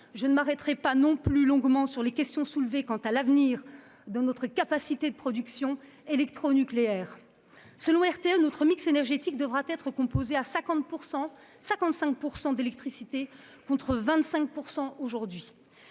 je ne m'arrêterai pas non plus longuement sur les questions soulevées quant à l'avenir de notre capacité de production électronucléaire. Selon RTE, notre mix énergétique devra être composé à 55 % d'électricité, contre 25 % actuellement.